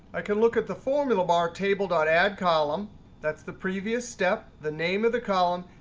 i can look at the formula bar table dot add column that's the previous step the name of the column,